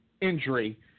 injury